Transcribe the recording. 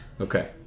Okay